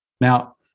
Now